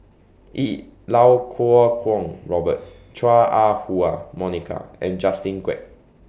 E Lau Kuo Kwong Robert Chua Ah Huwa Monica and Justin Quek